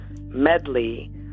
medley